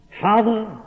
Father